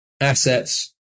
assets